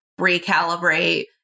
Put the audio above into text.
recalibrate